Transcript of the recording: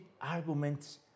arguments